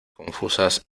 confusas